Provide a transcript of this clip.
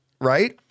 right